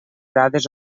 dades